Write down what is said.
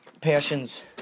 passions